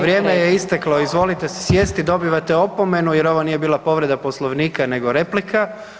Vrijeme je isteklo, izvolite si sjesti, dobivate opomenu jer ovo nije bila povreda Poslovnika nego replika.